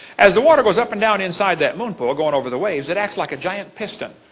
as the water goes up and down inside that moon pool going over the waves. it acts like a giant piston